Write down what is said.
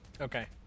Okay